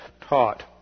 taught